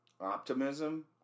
optimism